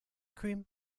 cream